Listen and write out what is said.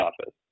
office